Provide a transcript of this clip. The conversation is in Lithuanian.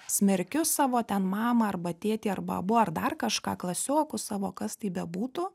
smerkiu savo ten mamą arba tėtį arba abu ar dar kažką klasiokus savo kas tai bebūtų